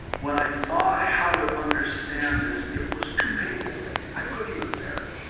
when i thought how to understand this, it was too painful for me. i couldn't even bear it.